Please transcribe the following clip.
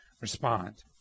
respond